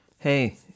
Hey